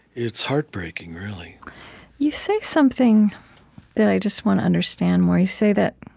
it's heartbreaking, really you say something that i just want to understand, where you say that